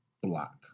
block